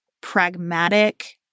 pragmatic